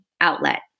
outlet